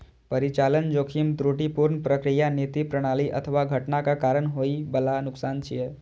परिचालन जोखिम त्रुटिपूर्ण प्रक्रिया, नीति, प्रणाली अथवा घटनाक कारण होइ बला नुकसान छियै